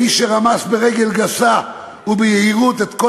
האיש שרמס ברגל גסה וביהירות את כל